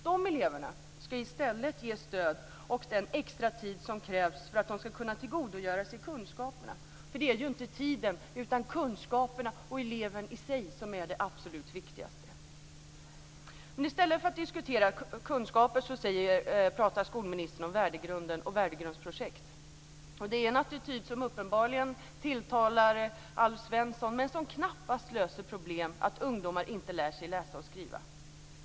Dessa elever ska i stället ges stöd och den extratid som krävs för att de ska kunna tillgodogöra sig kunskaper. Det är ju inte tiden utan kunskaperna och eleven i sig som är det absolut viktigaste. I stället för att diskutera kunskaper pratar skolministern om värdegrunden och värdegrundsprojekt, och det är en attityd som uppenbarligen tilltalar Alf Svensson, men som knappast löser problemen med att ungdomar inte lär sig att läsa och skriva.